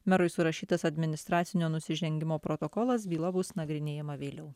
merui surašytas administracinio nusižengimo protokolas byla bus nagrinėjama vėliau